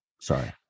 Sorry